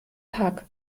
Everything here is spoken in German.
tag